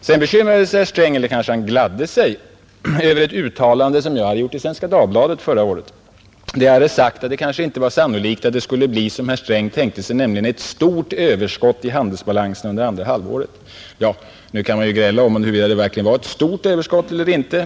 Sedan bekymrade sig herr Sträng — eller kanske han gladde sig — över ett uttalande som jag hade gjort i Svenska Dagbladet förra året, där jag hade sagt att det inte var sannolikt att det skulle bli som herr Sträng tänkte sig, nämligen ett stort överskott i handelsbalansen under andra halvåret. Nu kan man gräla om huruvida det verkligen varit stort överskott eller inte.